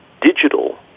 digital